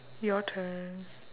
your turn